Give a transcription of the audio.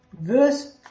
verse